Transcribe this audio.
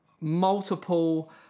multiple